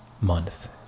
Month